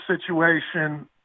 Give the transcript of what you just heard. situation